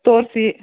ತೋರಿಸಿ